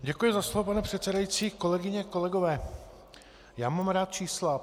Děkuji za slovo, pane předsedající, kolegyně, kolegové, já mám rád čísla.